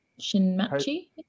Shinmachi